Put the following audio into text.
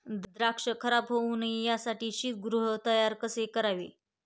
द्राक्ष खराब होऊ नये यासाठी शीतगृह तयार कसे करावे?